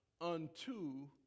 unto